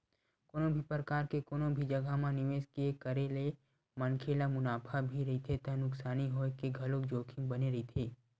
कोनो भी परकार के कोनो भी जघा म निवेस के करे ले मनखे ल मुनाफा भी रहिथे त नुकसानी होय के घलोक जोखिम बने रहिथे